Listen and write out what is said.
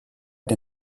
der